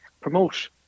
promote